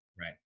Right